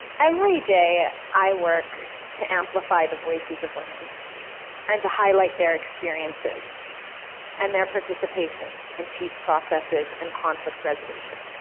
every day, i work to amplify the voices of women and to highlight their experiences and their participation in peace processes and conflict resolution,